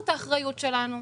זאת האחריות שלנו.